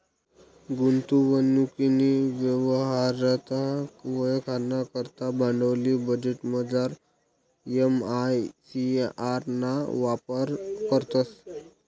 गुंतवणूकनी यवहार्यता वयखाना करता भांडवली बजेटमझार एम.आय.सी.आर ना वापर करतंस